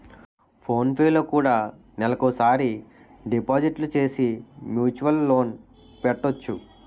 phone పేలో కూడా నెలకోసారి డిపాజిట్లు సేసి మ్యూచువల్ లోన్ పెట్టొచ్చు